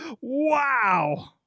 Wow